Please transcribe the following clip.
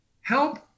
Help